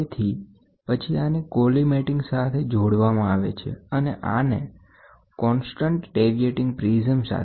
તેથી પછી આને કોલીમેટિંગ સાથે જોડવામાં આવે છે અને આને કોન્સ્ટન્ટ ડેવિયેટીગ પ્રિઝમ સાથે